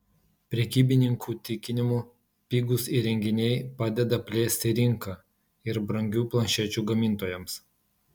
prekybininkų tikinimu pigūs įrenginiai padeda plėsti rinką ir brangių planšečių gamintojams